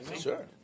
Sure